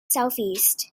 southeast